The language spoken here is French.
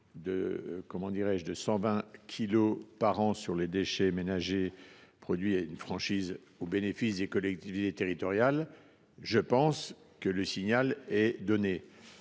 de 120 kilogrammes par an sur les déchets ménagers produits et une franchise au bénéfice des collectivités territoriales, on envoie un signal clair.